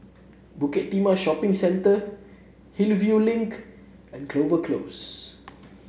Bukit Timah Shopping Centre Hillview Link and Clover Close